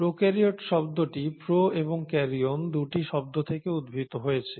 prokaryote শব্দটি pro এবং karyon 2টি শব্দ থেকে উদ্ভূত হয়েছে